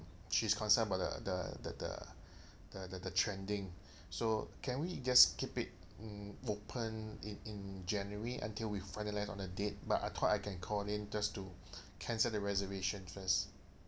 she's concerned about the the the the the the the trending so can we just keep it mm open in in january until we finalise on a date but I thought I can call in just to cancel the reservation first